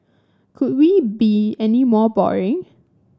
could we be any more boring